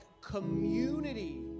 community